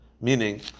Meaning